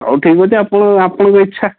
ହଉ ଠିକ୍ଅଛି ଆପଣ ଆପଣଙ୍କ ଇଚ୍ଛା